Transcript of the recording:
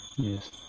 Yes